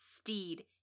Steed